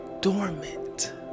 dormant